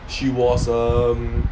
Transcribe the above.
she was um